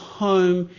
home